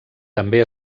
també